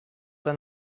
that